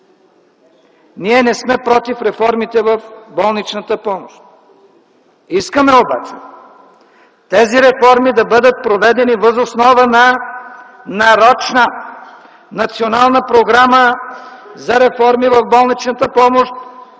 Ние не сме против реформите в болничната помощ. Искаме обаче тези реформи да бъдат проведени въз основа на нарочна национална програма за реформите в болничната помощ,